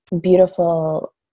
beautiful